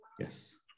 Yes